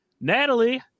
natalie